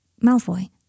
Malfoy